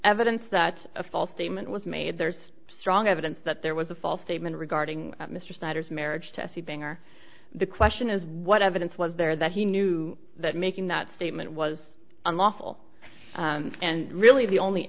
evidence that a false statement was made there's strong evidence that there was a false statement regarding mr snyder's marriage to s c banger the question is what evidence was there that he knew that making that statement was unlawful and really the only